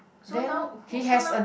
so now who so now